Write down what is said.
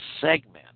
segment